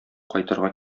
кайтырга